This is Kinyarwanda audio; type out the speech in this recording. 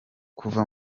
kuva